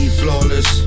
flawless